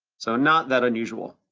so not that unusual.